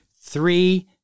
Three